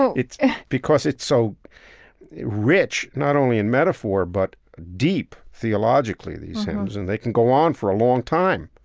so it's because it's so rich, not only in metaphor, but deep, theologically these hymns. and they can go on for a long time